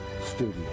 studio